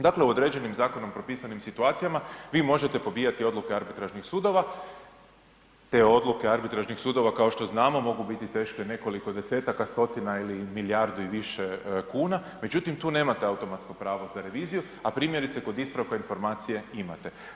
Dakle, u određenim zakonom propisanim situacijama vi možete pobijati odluke arbitražnih sudova, te odluke arbitražnih sudova kao što znamo mogu biti teške nekoliko desetaka, stotina ili milijardu i više kuna, međutim tu nemate automatsko pravo za reviziju, a primjerice kod ispravka informacije imate.